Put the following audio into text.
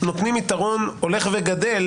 נותנים יתרון הולך וגדל